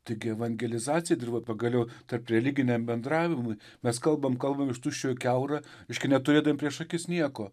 taigi evangelizacija dirva pagaliau tarp religiniam bendravimui mes kalbam kalbam iš tuščio į kiaurą reiškia neturėdami prieš akis nieko